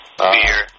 Beer